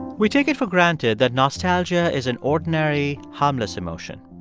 we take it for granted that nostalgia is an ordinary harmless emotion.